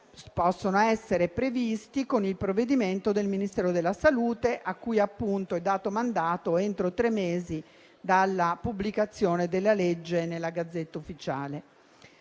possono essere previsti con il provvedimento del Ministero della salute, a cui appunto è dato mandato, entro tre mesi dalla pubblicazione della legge nella *Gazzetta Ufficiale*.